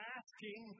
asking